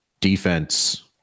defense